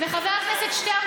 וחבר הכנסת שטרן,